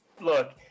look